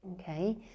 okay